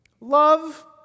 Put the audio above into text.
Love